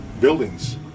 buildings